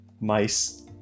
mice